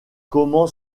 comment